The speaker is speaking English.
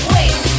Wait